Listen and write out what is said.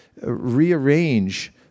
rearrange